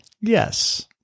Yes